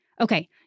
Okay